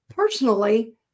Personally